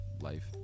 life